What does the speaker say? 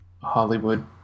Hollywood